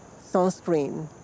sunscreen